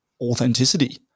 authenticity